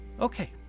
Okay